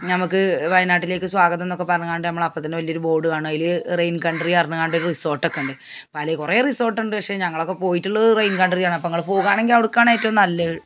ഞമക്ക് വയനാട്ടിലേക്ക് സ്വാഗതം എന്നൊക്കെ പറങ്ങാണ്ട് ഞമ്മളപ്പത്തന്നെ വലിയൊരു ബോഡ് കാണും അതിൽ റെയിൻ കൺട്രി അറഞ്ഞങ്ങാണ്ട് ഒരു റിസോട്ടൊക്കെ ഉണ്ട് അപ്പം അതിൽ കുറേ റിസോട്ടൊണ്ട് പക്ഷേ ഞങ്ങളൊക്കെ പോയിട്ടുള്ളത് റെയിൻ കൺട്രിയാണ് അപ്പം നിങ്ങൾ പോകാണെങ്കിൽ അവർക്കാണ് ഏറ്റവും നല്ലത്